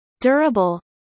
Durable